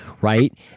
right